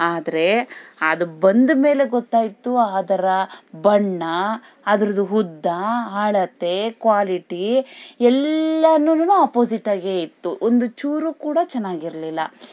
ಆದರೆ ಅದು ಬಂದಮೇಲೆ ಗೊತ್ತಾಯಿತು ಅದರ ಬಣ್ಣ ಅದ್ರದ್ದು ಉದ್ದ ಅಳತೆ ಕಾಲಿಟಿ ಎಲ್ಲನೂ ಅಪೋಸಿಟ್ ಆಗೆ ಇತ್ತು ಒಂದು ಚೂರು ಕೂಡ ಚೆನ್ನಾಗಿರಲಿಲ್ಲ